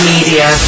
Media